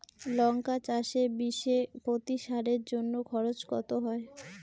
লঙ্কা চাষে বিষে প্রতি সারের জন্য খরচ কত হয়?